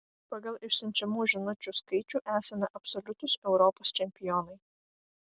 pagal išsiunčiamų žinučių skaičių esame absoliutūs europos čempionai